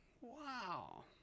Wow